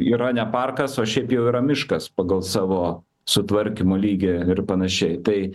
yra ne parkas o šiaip jau yra miškas pagal savo sutvarkymo lygį ir panašiai tai